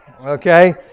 Okay